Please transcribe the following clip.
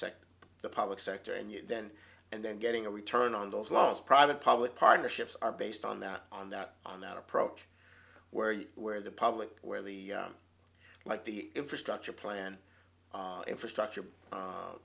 sector the public sector and then and then getting a return on those loans private public partnerships are based on that on that on that approach where you where the public where the like the infrastructure plan infrastructure